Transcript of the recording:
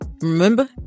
Remember